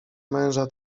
męża